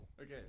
Okay